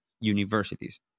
universities